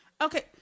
Okay